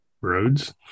Roads